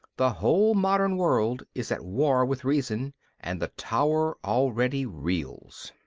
the whole modern world is at war with reason and the tower already reels.